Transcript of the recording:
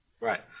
Right